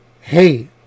Hey